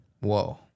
Whoa